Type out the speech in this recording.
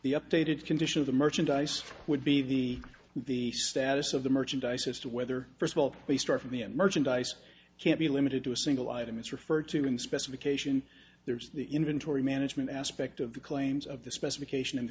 the updated condition of the merchandise would be the the status of the merchandise has to whether first of all we start from the end merchandise can't be limited to a single item it's referred to in specification there's the inventory management aspect of the claims of the specification